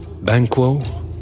Banquo